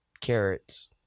carrots